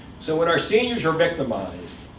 so when our seniors are victimized,